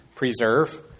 preserve